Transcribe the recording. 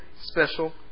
special